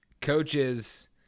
coaches